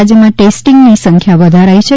રાજ્યમાં ટેસ્ટીંગની સંખ્યા વધારાઇ છે